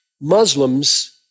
Muslims